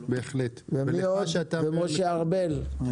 ומשה ארבל.